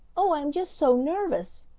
oh, i'm just so nervous!